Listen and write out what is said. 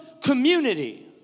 community